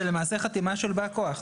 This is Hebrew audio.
זה למעשה חתימה של בא כוח.